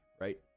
right